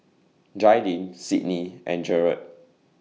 Jaidyn Sydney and Jered